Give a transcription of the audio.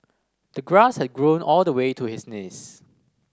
the grass had grown all the way to his knees